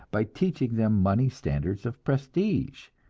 by teaching them money standards of prestige,